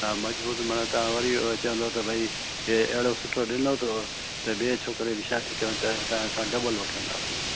हा मज़बूतु माना तव्हां वरी चवंदव त भई इहो अहिड़ो सुठो ॾिनो अथव त ॿिए छोकिरे जी शादी कयूं था त असां डबल वठंदासीं